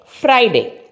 Friday